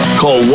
call